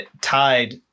tied